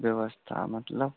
की व्यवस्था मतलब